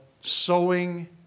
sowing